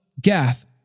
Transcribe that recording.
Gath